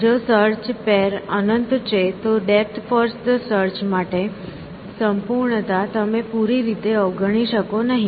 જો સર્ચ પેર અનંત છે તો ડેપ્થ ફર્સ્ટ સર્ચ માટે સંપૂર્ણતા તમે પૂરી રીતે અવગણી શકો નહીં